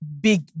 Big